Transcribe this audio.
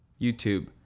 YouTube